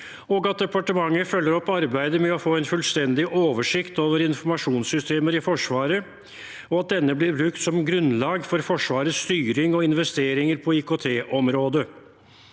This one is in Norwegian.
informasjonssystemer – følger opp arbeidet med å få en fullstendig oversikt over informasjonssystemer i Forsvaret, og at denne blir brukt som grunnlag for Forsvarets styring og investeringer på IKT-området